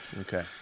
Okay